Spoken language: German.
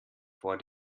vor